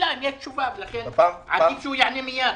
השאלה אם יש תשובה, ולכן עדיף שהוא יענה מיד.